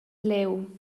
leu